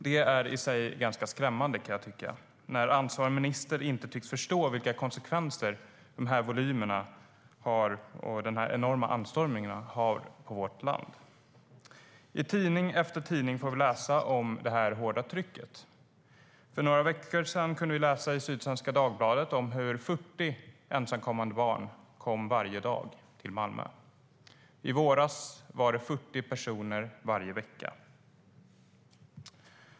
Det är i sig ganska skrämmande, kan jag tycka, att ansvarig minister inte tycks förstå vilka konsekvenser de här volymerna och den här enorma anstormningen får för vårt land. I tidning efter tidning kan vi läsa om det hårda trycket. För några veckor sedan kunde vi läsa i Sydsvenska Dagbladet att 40 ensamkommande barn kommer till Malmö varje dag. I våras var det 40 personer varje vecka.